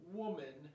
woman